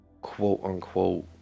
quote-unquote